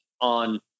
on